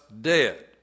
dead